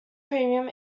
premium